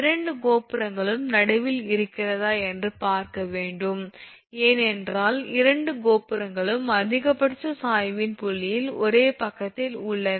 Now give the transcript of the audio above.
இரண்டு கோபுரங்களும் நடுவில் இருக்கிறதா என்று பார்க்க வேண்டும் ஏனென்றால் இரண்டு கோபுரங்களும் அதிகபட்ச சாய்வின் புள்ளியின் ஒரே பக்கத்தில் உள்ளன